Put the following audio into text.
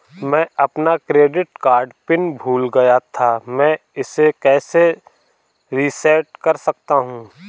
मैं अपना credit card pin भूल गया था मैं इसे कैसे रीसेट कर सकता हूँ?